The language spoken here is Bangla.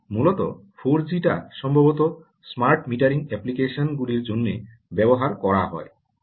মূলত 4g টা সম্ভবত স্মার্ট মিটারিং অ্যাপ্লিকেশন গুলির জন্য ব্যবহার করা হয়